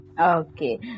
Okay